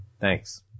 Thanks